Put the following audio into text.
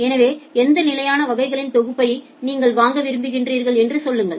எனவே எந்த நிலையான வகைகளின் தொகுப்புயை நீங்கள் வாங்க விரும்புகிறீர்கள் என்று சொல்லுங்கள்